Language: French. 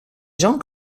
gens